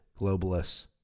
globalists